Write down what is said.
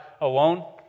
alone